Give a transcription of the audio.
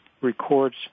records